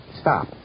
stop